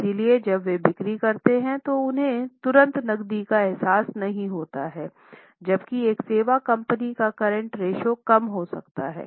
इसलिये जब वे बिक्री करते हैं तो उन्हें तुरंत नकदी का एहसास नहीं होता है जबकि एक सेवा कंपनी का करंट रेश्यो कम हो सकती है